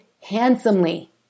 handsomely